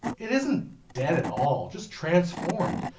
it isn't dead at all, just transformed.